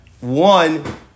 one